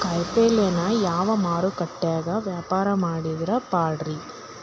ಕಾಯಿಪಲ್ಯನ ಯಾವ ಮಾರುಕಟ್ಯಾಗ ವ್ಯಾಪಾರ ಮಾಡಿದ್ರ ಪಾಡ್ರೇ?